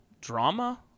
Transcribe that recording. drama